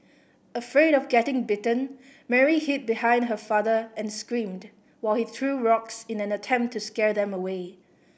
afraid of getting bitten Mary hid behind her father and screamed while he threw rocks in an attempt to scare them away